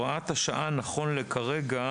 נכון לרגע